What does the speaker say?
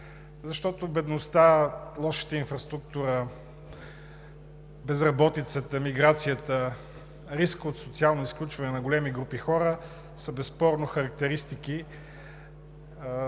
защото бедността, лошата инфраструктура, безработицата, миграцията, рискът от социално изключване на големи групи хора, са безспорно характеристики,